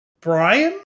Brian